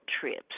trips